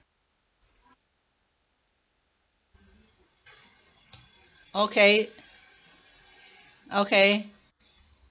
okay okay